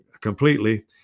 completely